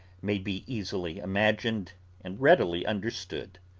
may be easily imagined and readily understood.